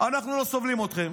אנחנו לא סובלים אתכם.